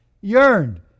yearned